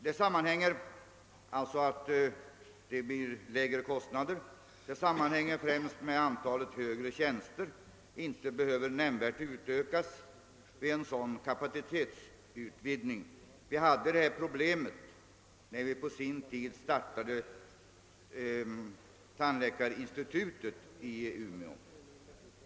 Att kostnaderna blir lägre sammanhänger med att antalet högre tjänster inte behöver nämnvärt utökas vid en sådan kapacitetsutvidgning. Vi hade detta problem när vi på sin tid startade tandläkarinstitutet i Umeå.